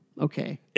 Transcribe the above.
Okay